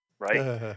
Right